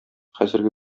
хәзерге